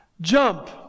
Jump